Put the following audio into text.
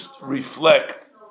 reflect